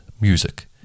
music